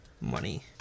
money